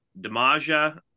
Demaja